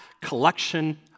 collection